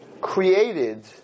created